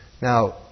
Now